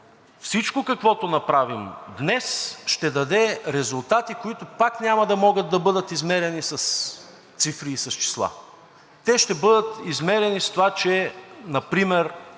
всичко каквото направим днес, ще даде резултати, които пак няма да могат да бъдат измерени с цифри и с числа. Те ще бъдат измерени с това, че например